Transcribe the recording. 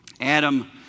Adam